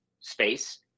space